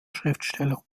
schriftsteller